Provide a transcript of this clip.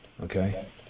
Okay